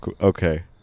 okay